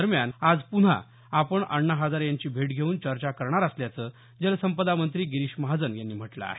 दरम्यान आज प्न्हा आपण अण्णा हजारे यांची भेट घेऊन चर्चा करणार असल्याचं जलसंपदा मंत्री गिरीश महाजन यांनी म्हटलं आहे